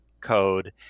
code